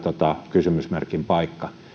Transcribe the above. kysymysmerkin paikka